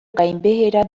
gainbehera